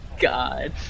God